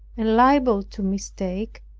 and liable to mistake,